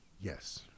yes